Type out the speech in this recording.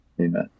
amen